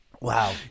Wow